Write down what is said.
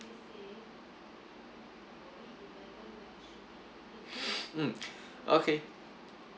mm okay